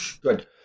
Good